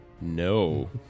No